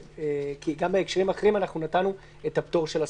גם בהקשרים האחרים נתנו את הפטור של ההסכמה,